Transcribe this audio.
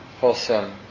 wholesome